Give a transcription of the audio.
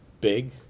big